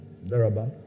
Thereabout